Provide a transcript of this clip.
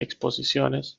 exposiciones